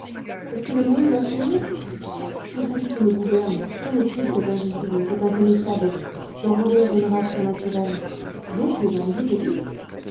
est-ce que le monde va finir mais celui qui me gouverne quel est-il cet invisible cet inconnaissable ce rôdeur d'une race surnaturelle donc les invisibles existent